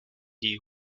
die